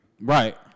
Right